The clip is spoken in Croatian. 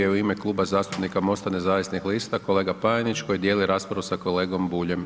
Prvi je u ime Kluba zastupnika MOST-a nezavisnih lista kolega Panenić koji dijeli raspravu sa kolegom Buljem.